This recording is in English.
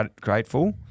grateful